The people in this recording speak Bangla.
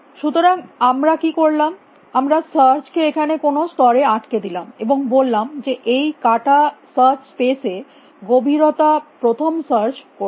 সুতরাং আমরা কী করলাম আমরা সার্চ কে এখানে কোনো স্তরে আটকে দিলাম এবং বললাম যে এই কাটা সার্চ স্পেস এ গভীরতা প্রথম সার্চ করতে